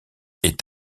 est